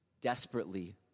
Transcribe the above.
desperately